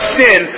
sin